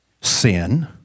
sin